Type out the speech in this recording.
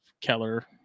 Keller